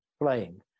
playing